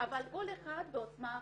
אבל כל אחד בעוצמה אחרת.